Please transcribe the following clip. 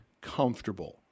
comfortable